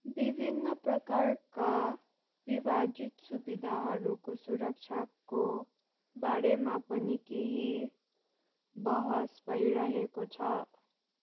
विभिन्न प्रकारका विभाजित सुविधाहरूको सुरक्षाको बारेमा पनि केही बहस भइरहेको छ